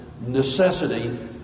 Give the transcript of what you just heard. necessity